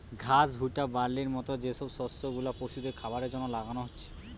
ঘাস, ভুট্টা, বার্লির মত যে সব শস্য গুলা পশুদের খাবারের জন্যে লাগানা হচ্ছে